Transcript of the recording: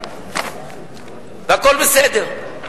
והכול בסדר,